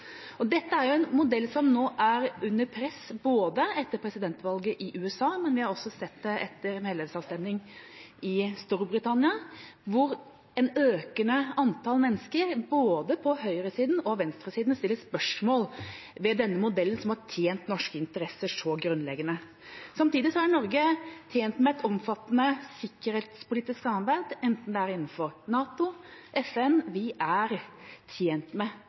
Dette er en modell som nå er under press etter presidentvalget i USA, men vi har også sett det etter medlemsavstemningen i Storbritannia, hvor et økende antall mennesker på både høyresiden og venstresiden stiller spørsmål ved denne modellen som har tjent norske interesser så grunnleggende. Samtidig er Norge tjent med et omfattende sikkerhetspolitisk samarbeid, enten det er innenfor NATO eller FN. Vi er tjent med